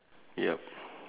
ya